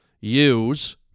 use